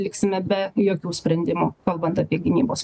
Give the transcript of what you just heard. liksime be jokių sprendimų kalbant apie gynybos